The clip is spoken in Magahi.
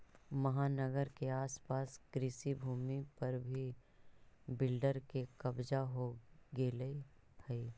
महानगर के आस पास कृषिभूमि पर भी बिल्डर के कब्जा हो गेलऽ हई